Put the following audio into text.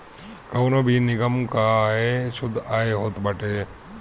कवनो भी निगम कअ आय शुद्ध आय होत बाटे